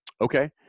Okay